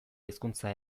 hizkuntza